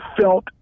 felt